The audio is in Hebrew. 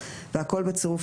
שלום,